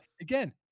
again